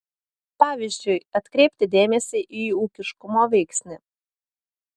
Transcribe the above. pavyzdžiui atkreipti dėmesį į ūkiškumo veiksnį